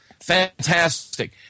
Fantastic